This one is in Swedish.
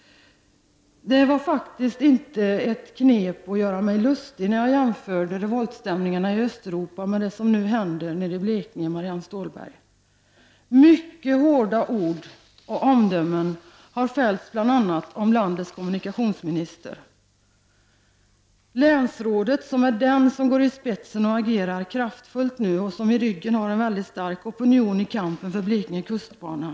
Jag tillgrep inte jämförelsen med Östeuropa, Marianne Stålberg, som ett knep för att kunna göra mig lustig. Mycket hårda ord och hårda omdömen har ju fällts om vårt lands kommunikationsminister. Länsrådet, som går i spetsen för detta arbete och som agerar kraftfullt, har en väldigt stark opinion bakom sig när det gäller Blekinge kustbana.